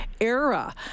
era